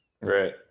right